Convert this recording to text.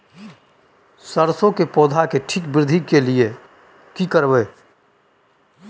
सरसो के पौधा के ठीक वृद्धि के लिये की करबै?